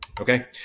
Okay